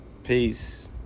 Peace